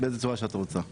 באיזה צורה שאת רוצה.